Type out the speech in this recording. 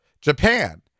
Japan